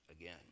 again